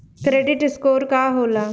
Credit score का होला?